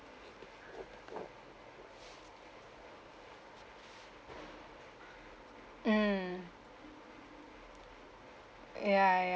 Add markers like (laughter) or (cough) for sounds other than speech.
(breath) mmhmm ya ya h